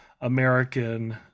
American